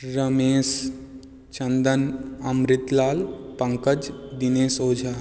Ramesh Chandan Amritlal Pankaj Dinesh Ojha